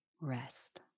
rest